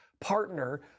partner